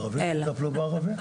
ערבים שיטפלו בערבים.